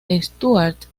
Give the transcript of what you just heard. stuart